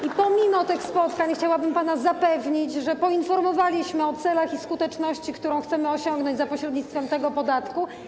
I pomimo tych spotkań chciałabym pana zapewnić, że poinformowaliśmy o celach i skuteczności, które chcemy osiągnąć za pośrednictwem tego podatku.